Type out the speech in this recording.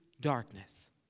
darkness